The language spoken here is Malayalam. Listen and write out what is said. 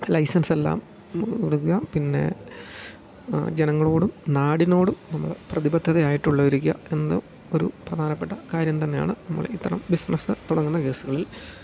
ലൈസൻസെല്ലാം കൊടുക്കുക പിന്നെ ജനങ്ങളോടും നാടിനോടും നമ്മൾ പ്രതിബദ്ധതയായിട്ടുള്ളവർക്ക് എന്ന് ഒരു പ്രധാനപ്പെട്ട കാര്യം തന്നെയാണ് നമ്മൾ ഇത്തരം ബിസിനസ് തുടങ്ങുന്ന കേസുകളിൽ